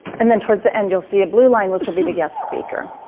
and then towards the end you'll see a blue line, which will be the guest speaker.